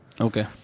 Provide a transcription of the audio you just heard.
Okay